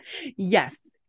Yes